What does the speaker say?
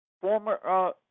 former